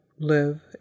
live